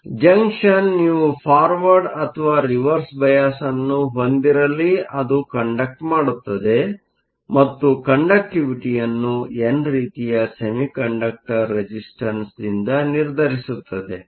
ಆದ್ದರಿಂದ ಜಂಕ್ಷನ್ ನೀವು ಫಾರ್ವರ್ಡ್ ಅಥವಾ ರಿವರ್ಸ್ ಬಯಾಸ್Reverse bias ಅನ್ನು ಹೊಂದಿರಲಿ ಅದು ಕಂಡಕ್ಟ್Conduct ಮಾಡುತ್ತದೆ ಮತ್ತು ಕಂಡಕ್ಟಿವಿಟಿಯನ್ನು ಎನ್ ರೀತಿಯ ಸೆಮಿಕಂಡಕ್ಟರ್ ರೆಸಿಸ್ಟನ್ಸ್Resistanceದಿಂದ ನಿರ್ಧರಿಸುತ್ತದೆ